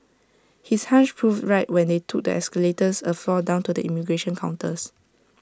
his hunch proved right when they took the escalators A floor down to the immigration counters